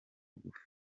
bugufi